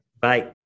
Bye